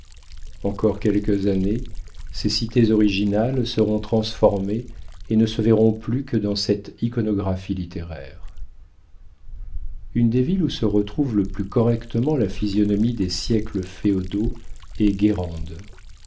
encore quelques années ces cités originales seront transformées et ne se verront plus que dans cette iconographie littéraire une des villes où se retrouve le plus correctement la physionomie des siècles féodaux est